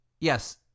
Yes